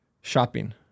Shopping